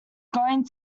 going